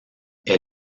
est